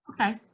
Okay